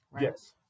Yes